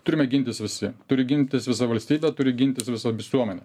turime gintis visi turi gintis visa valstybė turi gintis visa visuomenė